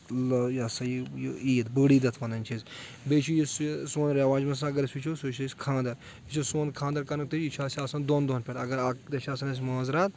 یہِ ہَسا یہِ عیٖد بٔڑ عیٖد یتھ وَنان چھِ أسۍ بیٚیہِ چھُ یُس یہِ سون رؠواج منٛز اگر أسۍ وٕچھو سُہ چھِ أسۍ خانٛدر یہِ چھُ سون خانٛدَر کَرنُک طریٖق یہِ چھُ اَسہِ آسان دۄن دۄہَن پؠٹھ اگر اَکھ دۄہ چھِ آسان اَسہِ مانز رات